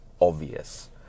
obvious